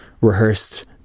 rehearsed